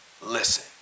listen